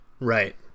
right